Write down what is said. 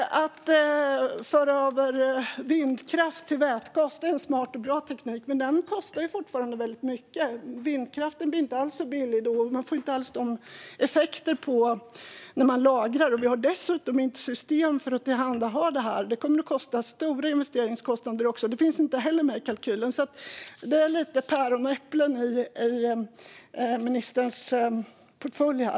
Att föra över vindkraft till vätgas är en smart och bra teknik, men den kostar fortfarande väldigt mycket. Vindkraften blir inte alls så billig då, och man får inte alls samma effekter när man lagrar. Vi har dessutom inte system för det här. Det kommer att innebära stora investeringskostnader som inte heller finns med i kalkylen. Det är alltså lite päron och äpplen i ministerns portfölj här.